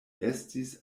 estis